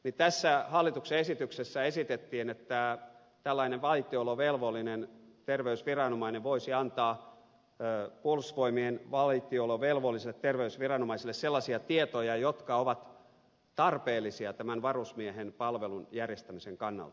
tässä hallituksen esityksessä esitettiin että tällainen vaitiolovelvollinen terveysviranomainen voisi antaa puolustusvoimien vaitiolovelvolliselle terveysviranomaiselle sellaisia tietoja jotka ovat tarpeellisia tämän varusmiehen palvelun järjestämisen kannalta